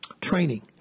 Training